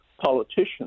politicians